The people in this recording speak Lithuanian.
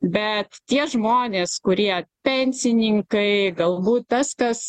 bet tie žmonės kurie pensininkai galbūt tas kas